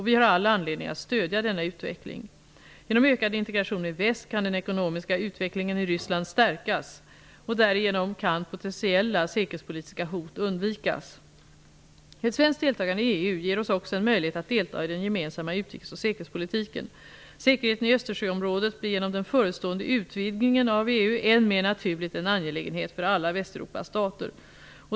Vi har all anledning att stödja denna utveckling. Genom ökad integration med väst kan den ekonomiska utvecklingen i Ryssland stärkas. Därigenom kan potentiella säkerhetspolitiska hot undvikas. Ett svenskt deltagande i EU ger oss också en möjlighet att delta i den gemensamma utrikes och säkerhetspolitiken. Säkerheten i Östersjöområdet blir genom den förestående utvidgningen av EU än mer naturligt en angelägenhet för alla Västeuropas stater.